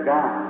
God